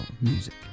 music